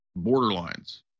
borderlines